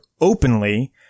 openly